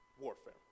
warfare